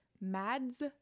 Mads